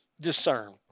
discern